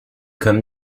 comme